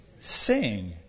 sing